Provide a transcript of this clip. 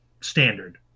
standard